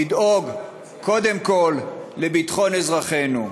לדאוג קודם כול לביטחון אזרחינו.